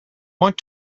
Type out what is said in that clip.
want